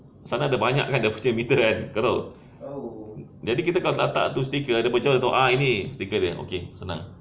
sana ada banyak kan dia punya meter kan kau tahu jadi kalau kita tak letak itu sticker dia tahu ah ini sticker dia okay senang